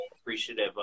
appreciative